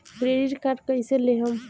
Credit card कईसे लेहम?